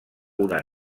una